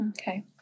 Okay